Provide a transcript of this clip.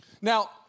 Now